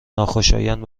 ناخوشایند